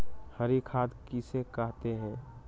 हरी खाद किसे कहते हैं?